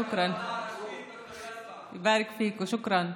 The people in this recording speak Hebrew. שוכרן, שוכרן.